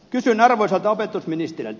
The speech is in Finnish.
kysyn arvoisalta opetusministeriltä